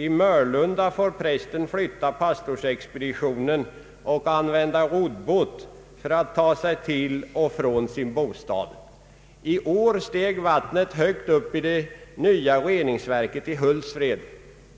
I Mörlunda får prästen flytta pastorsexpeditionen och använda roddbåt för att ta sig till och från sin bostad. I år steg vattnet högt upp i det nya reningsverket i Hultsfred.